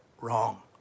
wrong